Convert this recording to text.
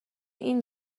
این